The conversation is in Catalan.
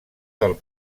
del